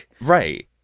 Right